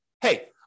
hey